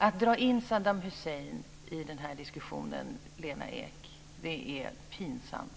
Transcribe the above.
Att dra in Saddam Hussein i denna diskussion, Lena Ek, är pinsamt.